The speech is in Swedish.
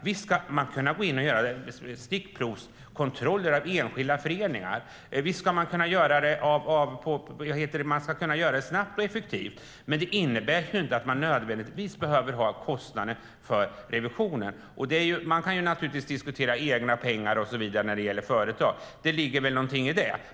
Visst ska man kunna gå in och göra stickprovskontroller av enskilda föreningar, och göra det snabbt och effektivt, men det innebär inte nödvändigtvis att de måste ha kostnaden för revisionen. Man kan naturligtvis diskutera egna pengar och så vidare när det gäller företag - det ligger någonting i det.